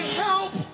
help